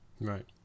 Right